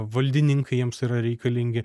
valdininkai jiems yra reikalingi